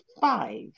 five